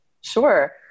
Sure